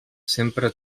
sempre